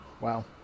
Wow